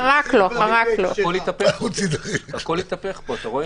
הכול התהפך פה, אתה רואה?